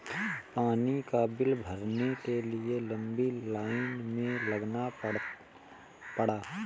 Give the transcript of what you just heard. पानी का बिल भरने के लिए लंबी लाईन में लगना पड़ा